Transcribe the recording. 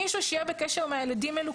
מישהו שיהיה בקשר עם הילדים האלו,